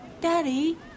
Daddy